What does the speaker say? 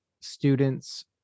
students